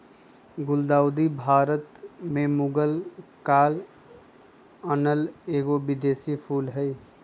गुलदाऊदी भारत में मुगल काल आनल एगो विदेशी फूल हइ